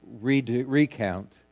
recount